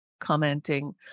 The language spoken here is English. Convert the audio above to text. commenting